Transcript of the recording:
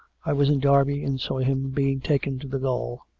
i was in derby and saw him being taken to the gaol.